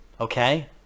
Okay